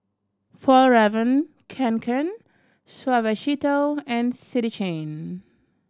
Fjallraven Kanken Suavecito and City Chain